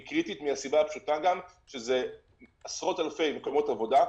היא קריטית מהסיבה הפשוטה שאלו עשרות אלפי מקומות עבודה,